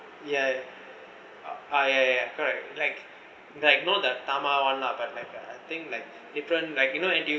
ya ah ya ya ya correct like like not the tama one lah but like I think like different like you know N_T_U